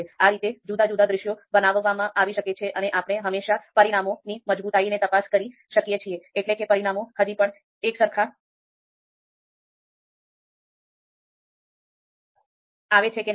આ રીતે જુદા જુદા દૃશ્યો બનાવવામાં આવી શકે છે અને આપણે હંમેશાં પરિણામોની મજબૂતાઈની તપાસ કરી શકીએ છીએ એટલે કે પરિણામો હજી પણ એકસરખા આવે છે કે નહીં